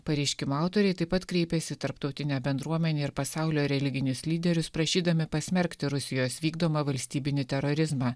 pareiškimo autoriai taip pat kreipėsi tarptautinę bendruomenę ir pasaulio religinius lyderius prašydami pasmerkti rusijos vykdomą valstybinį terorizmą